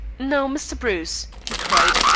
now, mr. bruce, he cried,